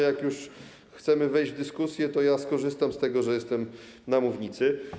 Jeśli chcemy wejść w dyskusję, to skorzystam z tego, że jestem na mównicy.